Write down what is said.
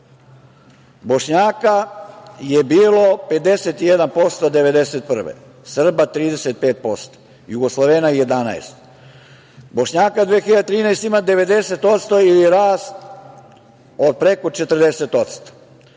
Bošnjaka je bilo 51% 1991. godine, Srba 35%, Jugoslovena 11%. Bošnjaka 2013. godine ima 90% ili rast od preko 40%,